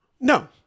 no